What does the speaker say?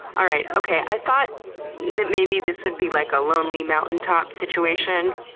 all right. okay. i thought that maybe this would be like a lonely mountaintop situation,